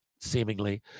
seemingly